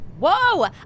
Whoa